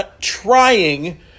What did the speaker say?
trying